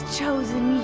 chosen